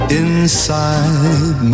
inside